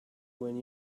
when